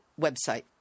website